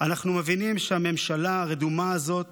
אנחנו מבינים שהממשלה הרדומה הזאת